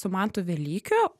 su mantu velykiu